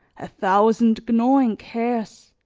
a thousand gnawing cares,